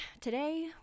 today